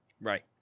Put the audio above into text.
Right